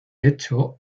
hecho